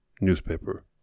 newspaper